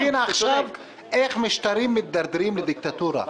אני מבין עכשיו איך משטרים מתדרדרים לדיקטטורה.